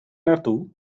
naartoe